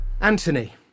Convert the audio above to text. Anthony